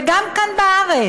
וגם כאן בארץ,